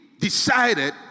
decided